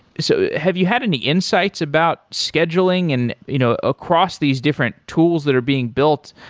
so have you had any insights about scheduling and you know across these different tools that are being built,